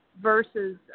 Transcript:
versus